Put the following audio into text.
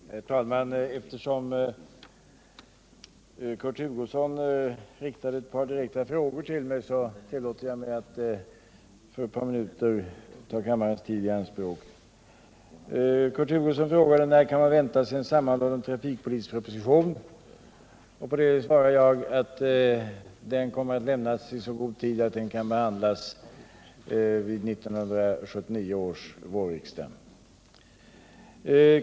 Herr talman! Eftersom Kurt Hugosson riktade ett par direkta frågor till mig tillåter jag mig att för ett par minuter ta kammarens tid i anspråk. Kurt Hugosson frågade: När kan man vänta sig en sammanhållen trafikpolitisk proposition? På det svarar jag att den kommer att lämnas i så god tid att den kan behandlas av riksdagen under våren 1979.